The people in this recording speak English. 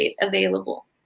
available